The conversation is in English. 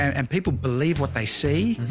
and, and people believe what they see.